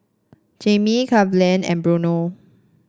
Jami Cleveland and Bruno